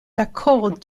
l’accord